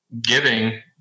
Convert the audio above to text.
giving